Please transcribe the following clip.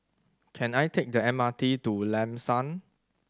can I take the M R T to Lam San